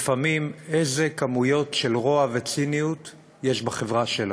לפעמים איזה כמויות של רוע וציניות יש בחברה שלנו.